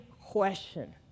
question